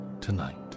tonight